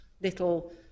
little